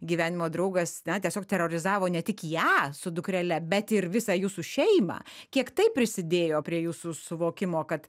gyvenimo draugas na tiesiog terorizavo ne tik ją su dukrele bet ir visą jūsų šeimą kiek tai prisidėjo prie jūsų suvokimo kad